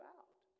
out